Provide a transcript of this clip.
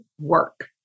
work